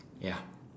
ya